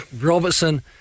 Robertson